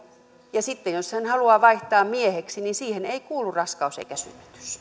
ja sitten jos haluaa vaihtaa mieheksi niin siihen ei kuulu raskaus eikä synnytys